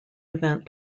event